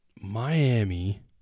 Miami